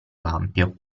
ampio